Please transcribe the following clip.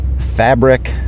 fabric